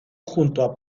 junto